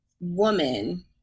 woman